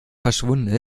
verschwunden